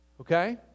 Okay